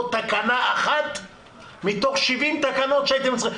תקנה אחת מתוך 70 תקנות שהייתם צריכים.